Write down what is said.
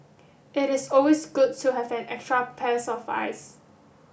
it is always good to have an extra pairs of eyes